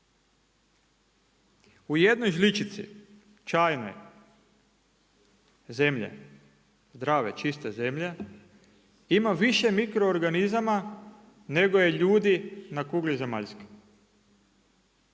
U jednoj žličici čajnoj zemlje, zdrave čiste zemlje ima više mikro organizama nego je ljudi na kugli zemaljskoj.